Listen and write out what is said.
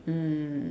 mm